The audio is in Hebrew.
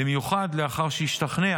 במיוחד לאחר שהשתכנע